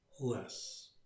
Less